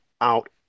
out